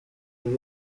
kuri